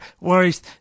worries